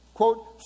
quote